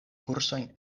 kursojn